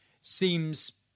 Seems